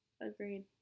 Agreed